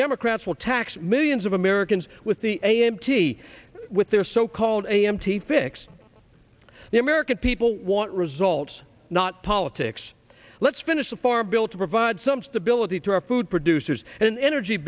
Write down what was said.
democrats will tax millions of americans with the a m t with their so called a m t fix the american people want results not politics let's finish the farm bill to provide some stability to our food producers an energy